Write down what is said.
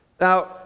Now